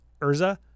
Urza